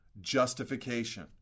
justification